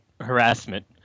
harassment